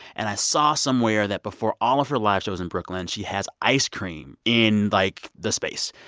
and i saw somewhere that before all of her live shows in brooklyn, she has ice cream in, like, the space.